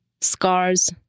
scars